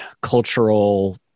cultural